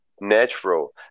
natural